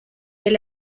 est